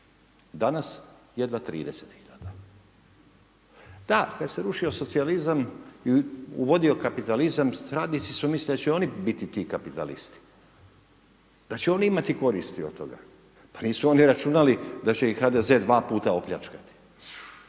Danas jedva 30 hiljada. Da, kada se rušio socijalizam i uvodio kapitalizam radnici su mislili da će oni biti ti kapitalisti, da će oni imati koristi od toga. Pa nisu oni računali da će ih HDZ-e dva puta opljačkati,